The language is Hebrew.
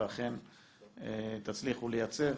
ואכן תצליחו לייצב.